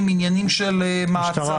אסור להכניס